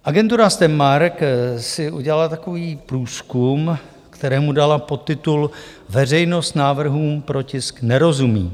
Agentura STEM/MARK si udělala takový průzkum, kterému dala podtitul: veřejnost návrhům pro tisk nerozumí.